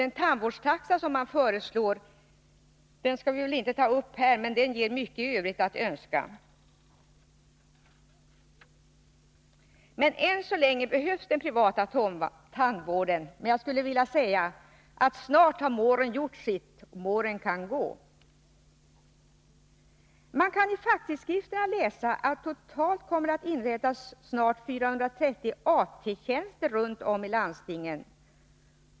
Den tandvårdstaxa som föreslås skall vi väl inte ta upp här, men den ger mycket Övrigt att önska. Än så länge behövs den privata tandvården. Men jag skulle vilja säga att snart är det väl så att moren har gjort sin tjänst, moren kan gå. Man kan i facktidskrifterna läsa att det totalt kommer att inrättas 430 AT-tjänster runt om i landstingen.